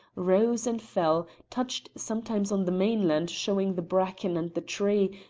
rose and fell, touched sometimes on the mainland showing the bracken and the tree,